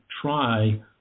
try